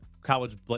college